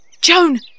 Joan